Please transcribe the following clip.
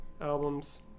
albums